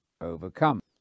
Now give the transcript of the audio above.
overcome